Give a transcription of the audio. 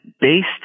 based